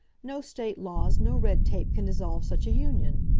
no state laws, no red tape can dissolve such a union.